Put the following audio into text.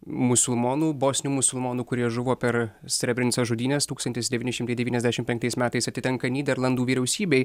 musulmonų bosnių musulmonų kurie žuvo per srebrenicos žudynes tūkstantis devyni šimtai devyniasdešim penktais metais atitenka nyderlandų vyriausybei